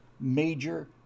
major